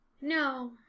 No